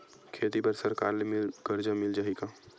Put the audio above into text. खेती बर सरकार ले मिल कर्जा मिल जाहि का?